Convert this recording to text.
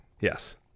Yes